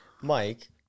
Mike